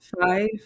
five